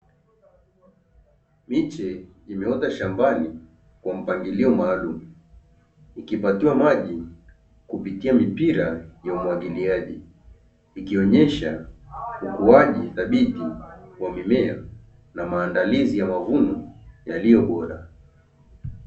Miche imeota shambani kwa mpangilio maalumu, ikipatiwa maji kupitia mipira ya umwagiliaji, ikionyesha ukuaji thabiti wa mimea na maandalizi ya mavuno yaliyo bora.